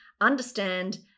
understand